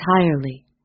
entirely